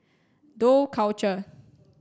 Dough Culture